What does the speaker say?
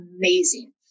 amazing